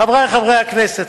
חברי חברי הכנסת,